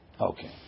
Okay